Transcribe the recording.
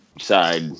side